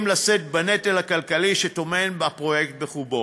לשאת בנטל הכלכלי שטומן הפרויקט בחובו?